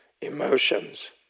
emotions